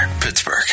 Pittsburgh